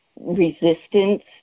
resistance